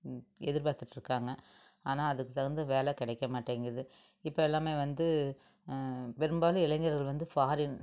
எதிர்பார்த்துட்ருக்காங்க ஆனால் அதுக்கு தகுந்த வேலை கிடைக்க மாட்டேங்கிது இப்போ எல்லாமே வந்து பெரும்பாலும் இளைஞர்கள் வந்து ஃபாரின்